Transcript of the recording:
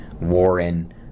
Warren